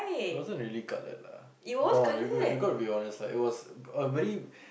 it wasn't really coloured lah got you got to be honest lah it was a very